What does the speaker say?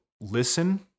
listen